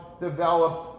develops